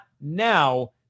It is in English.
now